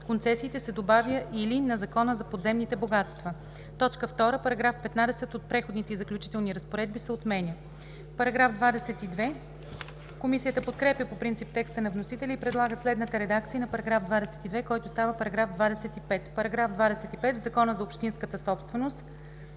„концесиите“ се добавя „или на Закона за подземните богатства“. 2. Параграф 15 от Преходните и заключителни разпоредби се отменя.“ Комисията подкрепя по принцип текста на вносителя и предлага следната редакция на § 22, който става § 25: „§ 25. В Закона за общинската собственост